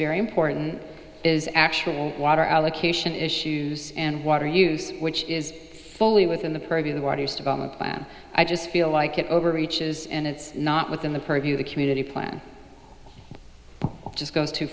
very important is actual water allocation issues and water use which is fully within the purview the water's development plan i just feel like it overreaches and it's not within the purview the community plan just goes too